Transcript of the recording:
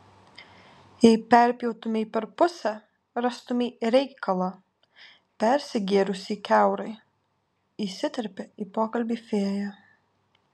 jei perpjautumei per pusę rastumei reikalą persigėrusį kiaurai įsiterpia į pokalbį fėja